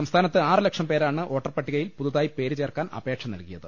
സംസ്ഥാനത്ത് ആറ് ലക്ഷം പേരാണ് വോട്ടർപട്ടിക യിൽ പുതുതായി പേര് ചേർക്കാൻ അപേക്ഷ നൽകിയത്